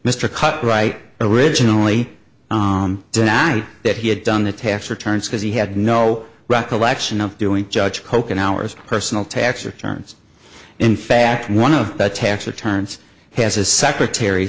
cut right originally denied that he had done the tax returns because he had no recollection of doing judge koch an hour's personal tax returns in fact one of the tax returns has a secretary